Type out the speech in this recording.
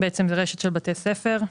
זה רשת של בתי ספר.